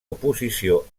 oposició